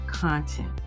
content